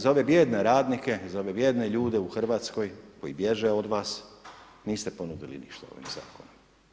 Za ove bijedne radnike, za ove bijedne ljude u Hrvatskoj koji bježe od vas niste ponudili ništa u ovom zakonu.